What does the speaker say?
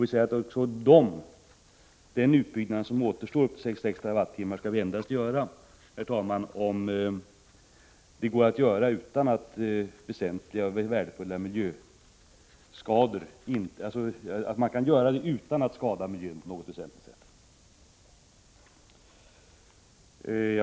Vi säger också att den utbyggnad som återstår till 66 TWh skall göras endast om det är möjligt utan att miljön skadas på något väsentligt sätt.